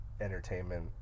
entertainment